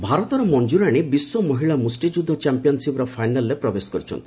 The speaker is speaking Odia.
ବକ୍ସିଂ ଭାରତର ମଞ୍ଜୁରାଣୀ ବିଶ୍ୱ ମହିଳା ମୁଷ୍ଟିଯୁଦ୍ଧ ଚାମ୍ପିୟନ୍ସିପ୍ର ଫାଇନାଲ୍ରେ ପ୍ରବେଶ କରିଛନ୍ତି